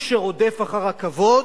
יש מימרה כזאת, מי שרודף אחר הכבוד,